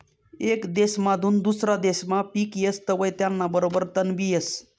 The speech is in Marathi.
येक देसमाधून दुसरा देसमा पिक येस तवंय त्याना बरोबर तणबी येस